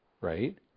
Right